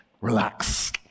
Relax